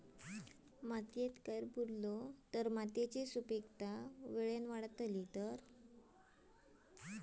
मातयेत कैर पुरलो तर मातयेची सुपीकता की वेळेन वाडतली?